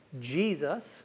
Jesus